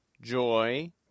joy